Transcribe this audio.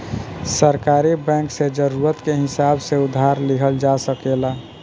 सहकारी बैंक से जरूरत के हिसाब से उधार लिहल जा सकेला